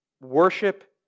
worship